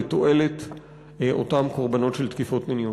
לתועלת אותן קורבנות של תקיפות מיניות.